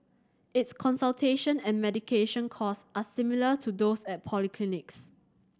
its consultation and medication cost are similar to those at polyclinics